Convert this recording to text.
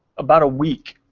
about a week.